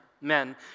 men